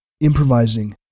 Improvising